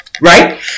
right